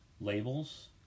labels